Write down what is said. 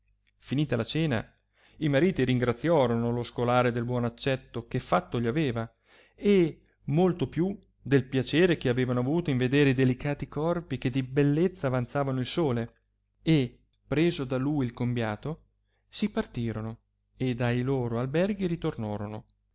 finita la cena i mariti ringraziorono lo scolare del buon accetto che fatto gli aveva e molto più del piacere che avevano avuto in vedere i delicati corpi che di bellezza avanzavano il sole e preso da lui il combiato si partirono ed a i loro alberghi ritornorono